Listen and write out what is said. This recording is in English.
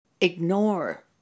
ignore